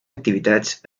activitats